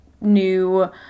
new